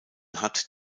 hat